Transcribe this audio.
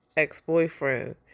ex-boyfriend